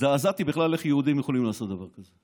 הזדעזעתי בכלל איך יהודים יכולים לעשות דבר כזה,